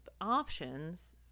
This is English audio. options